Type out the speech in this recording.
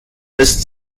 ist